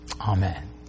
Amen